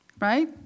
right